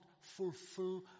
fulfill